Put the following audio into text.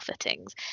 fittings